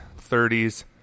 30s